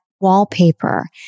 wallpaper